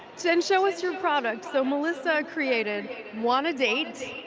then show us your product. so melissa created wanna date?